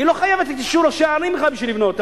היא לא חייבת את אישור ראשי הערים בכלל בשביל לבנות.